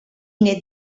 nét